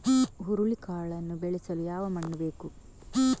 ಹುರುಳಿಕಾಳನ್ನು ಬೆಳೆಸಲು ಯಾವ ಮಣ್ಣು ಬೇಕು?